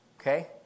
okay